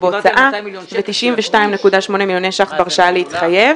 בהוצאה ו-92.8 מיליוני ש"ח בהרשאה להתחייב,